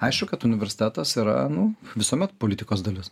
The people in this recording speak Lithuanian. aišku kad universitetas yra nu visuomet politikos dalis